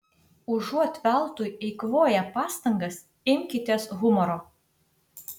užuot veltui eikvoję pastangas imkitės humoro